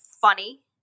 funny